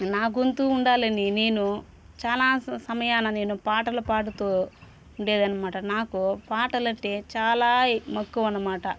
నా గొంతు ఉండాలని నేను చాలా స సమయాన నేను పాటలు పాడుతూ ఉండేది అనమాట నాకు పాటలంటే చాలా మక్కువ అనమాట